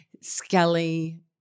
Skelly